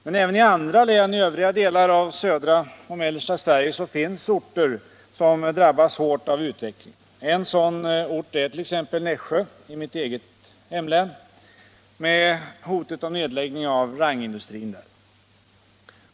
Men även i andra län i övriga delar av södra och mellersta Sverige finns orter som drabbas svårt av utvecklingen. En sådan ort är t.ex. Nässjö i mitt eget hemlän med hotet om nedläggning av Rangindustrin där.